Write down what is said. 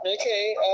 Okay